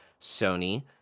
Sony